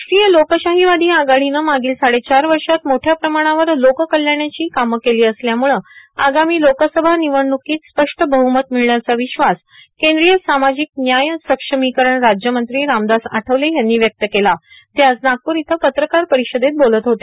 राष्ट्रीय लोकशाहीवादी आघाडीनं मागील साडेचार वर्षात मोठ्या प्रमाणावर लोक कल्याणाची कामं केली असल्यामुळे आगामी लोकसभा निवडणुकीत स्पष्ट बहमत मिळण्याचा असा विश्वास केंद्रीय सामाजिक न्याय सक्षमीकरण राज्यमंत्री रामदास आठवले यांनी व्यक्त केल ते आज नागपूर इथं पत्रकार परिषदेत बोलत होते